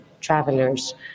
travelers